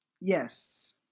yes